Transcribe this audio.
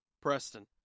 Preston